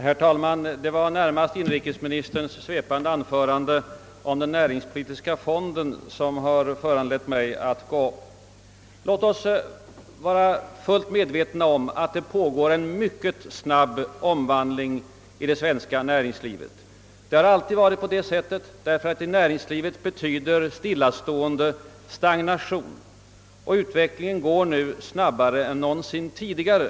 Herr talman! Det var närmast inrikesministerns svepande anförande om den näringspolitiska fonden som föranledde mig att begära ordet. Låt oss vara fullt medvetna om att det pågår en mycket snabb omvandling i det svenska näringslivet. Det har alltid varit på det sättet, ty i näringslivet betyder stillastående stagnation, och utvecklingen går nu snabbare än någonsin tidigare.